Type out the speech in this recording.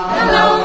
Hello